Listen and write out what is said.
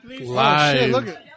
Live